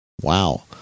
Wow